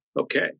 okay